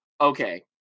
Okay